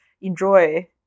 enjoy